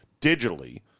digitally